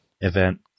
event